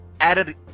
added